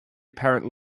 apparent